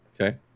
Okay